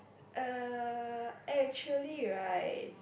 uh actually right